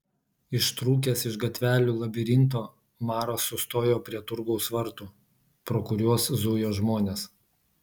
ištrūkęs iš gatvelių labirinto maras sustojo prie turgaus vartų pro kuriuos zujo žmonės